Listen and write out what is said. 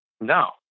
No